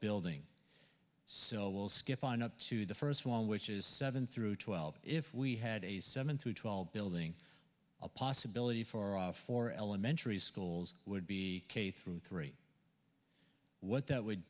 building so we'll skip on up to the first one which is seven through twelve if we had a seven through twelve building a possibility for off for elementary schools would be k through three what that would